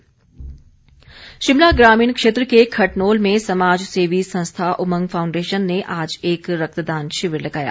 रक्तदान शिमला ग्रामीण क्षेत्र के खटनोल में समाज सेवी संस्था उमंग फाउंडेशन ने आज एक रक्तदान शिविर लगाया